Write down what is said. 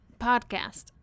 Podcast